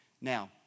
Now